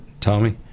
Tommy